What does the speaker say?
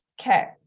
Okay